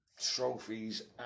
trophies